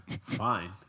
Fine